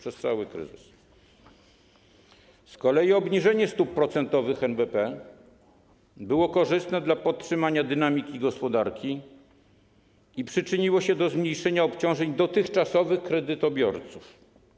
Z kolei obniżenie stóp procentowych NBP było korzystne dla podtrzymania dynamiki gospodarki i przyczyniło się do zmniejszenia obciążeń dotychczasowych kredytobiorców.